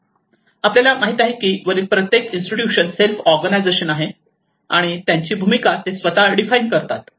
तसेच आपल्याला माहित आहे की वरील प्रत्येक इन्स्टिट्यूशन सेल्फ ऑर्गनायझेशन आहे आणि त्यांची भूमिका ते स्वतः डिफाइन करतात